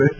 S